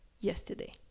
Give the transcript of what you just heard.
yesterday